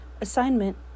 Assignment